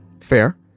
fair